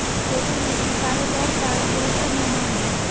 papermaking कागज और cardboard का निर्माण है